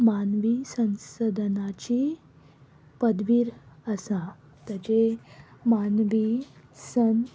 मानवी संसाधनाची पदवेर आसा ताजें मानवी सन